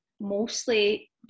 mostly